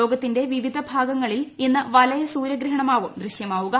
ലോകത്തിന്റെ വിവിധ ഭാഗങ്ങളിൽ ഇന്ന് വലയ സൂര്യഗ്രഹണമാവും ദൃശ്യമാവുക